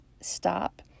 stop